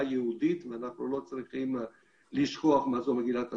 יהודית ואנחנו לא צריכים לשכוח מה זו מגילת העצמאות,